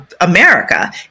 America